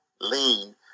lean